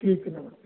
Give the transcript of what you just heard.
ठीक है नमस्ते